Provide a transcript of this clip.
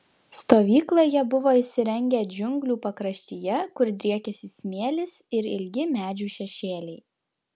stovyklą jie buvo įsirengę džiunglių pakraštyje kur driekėsi smėlis ir ilgi medžių šešėliai